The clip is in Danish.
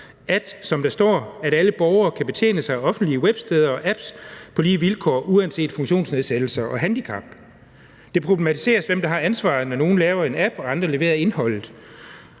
at alle borgere kan betjene sig af offentlige websteder og apps på lige vilkår uanset funktionsnedsættelser og handicap. Det problematiseres, hvem der har ansvaret, når nogle laver en app og andre leverer indholdet.